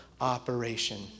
operation